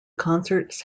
concerts